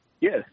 Yes